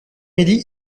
midi